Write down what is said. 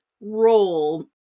role